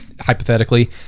hypothetically